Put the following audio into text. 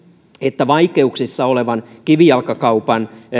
että vaikeuksissa olevan kivijalkakaupan